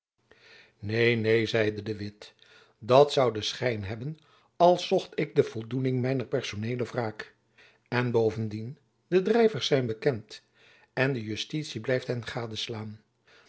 neen neen zeide de witt dat zou den schijn hebben als zocht ik de voldoening mijner personeele wraak en bovendien de drijvers zijn bekend en de justitie blijft